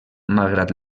malgrat